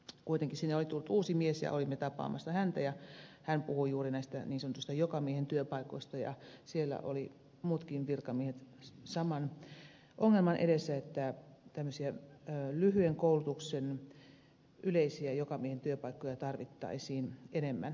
kuitenkin sinne oli tullut uusi mies olimme tapaamassa häntä ja hän puhui juuri näistä niin sanotuista jokamiehen työpaikoista ja siellä olivat muutkin virkamiehet saman ongelman edessä että tämmöisiä lyhyen koulutuksen yleisiä jokamiehen työpaikkoja tarvittaisiin enemmän